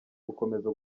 gukomeza